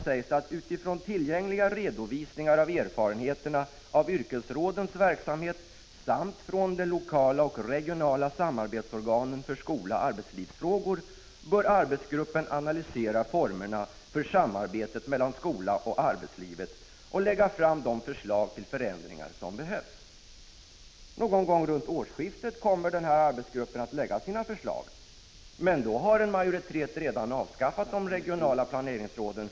säger man: ”Utifrån tillgängliga redovisningar av erfarenheter av yrkesrådens verksamhet samt från de lokala och regionala samarbetsorganen för skolaarbetslivsfrågor bör arbetsgruppen analysera formerna för samarbetet mellan skolan och arbetslivet och lägga fram de förslag till förändringar som behövs.” Någon gång vid årsskiftet kommer arbetsgruppen att lägga fram sina förslag, men då har en majoritet redan avskaffat de regionala planeringsrå = Prot.